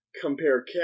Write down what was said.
compare